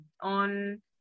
on